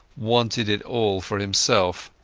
wanted it all for himself.